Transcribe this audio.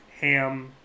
ham